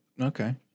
okay